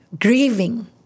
grieving